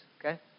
okay